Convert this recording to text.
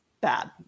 bad